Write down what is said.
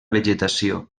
vegetació